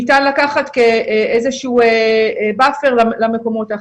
ניתן לקחת איזשהו באפר למקומות האחרים.